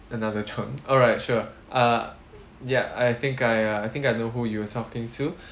another chance alright sure uh ya I think I I think I know who you're talking to